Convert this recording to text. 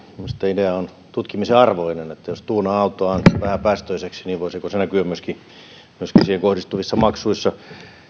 idea on tutkimuksen arvoinen jos tuunaa autoaan vähäpäästöiseksi niin voisiko se näkyä myöskin siihen kohdistuvissa maksuissa